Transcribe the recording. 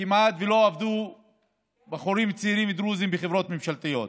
כמעט שלא עבדו בחורים צעירים דרוזים בחברות ממשלתיות.